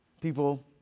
people